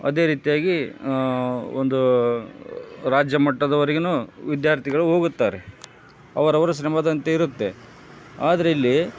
ಅದೇ ರೀತಿಯಾಗಿ ಒಂದು ರಾಜ್ಯ ಮಟ್ಟದವರೆಗುನೂ ವಿದ್ಯಾರ್ಥಿಗಳು ಹೋಗುತ್ತಾರೆ ಅವರವರು ಶ್ರಮದಂತೆ ಇರುತ್ತೆ ಆದರೆ ಇಲ್ಲಿ